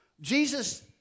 Jesus